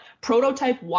prototype